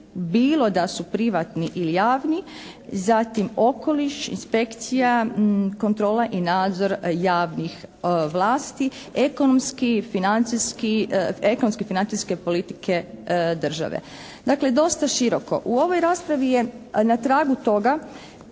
bilo da su privatni ili javni, zatim okoliš, inspekcija, kontrola i nadzor javnih vlasti, ekonomske i financijske politike države. Dakle, dosta široko. U ovoj raspravi je na tragu toga